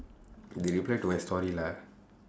they reply to my story lah